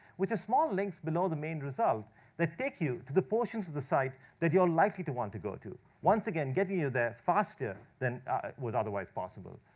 which are small links below the main result that take you to the portions of the site that you're likely to want to go to. once again, getting you there faster then was otherwise possible.